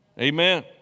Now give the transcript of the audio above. amen